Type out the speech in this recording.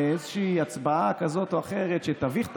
לאיזושהי הצבעה כזאת או אחרת שתביך את